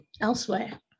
Elsewhere